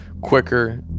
quicker